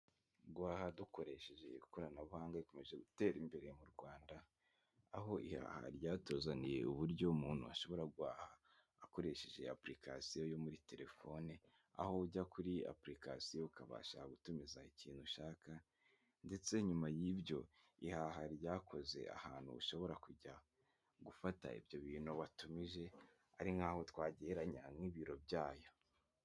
Guha aha dukoresheje ikoranabuhanga bikomeje gutera imbere mu Rwanda aho ihaha ryatuzaniye uburyo umuntu ashobora guhaha akoresheje apurikasiyo yo muri telefone aho ujya kuri apurikasiyo ukabasha gutumiza ikintu ushaka ndetse nyuma y'ibyo ihaha ryakoze ahantu ushobora kujya gufata ibyo bintu watumije ari nk'aho twagereranya n'ibiro byayo.